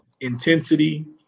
intensity